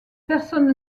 personne